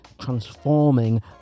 transforming